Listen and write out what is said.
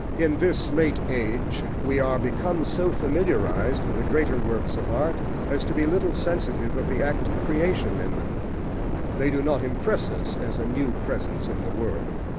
in this late age we are become so familiarised with the greater works of art as to be little sensitive of the act of creation in them they do not impress us as a new presence in the world.